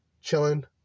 chilling